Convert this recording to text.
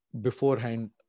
beforehand